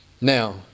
Now